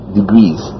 degrees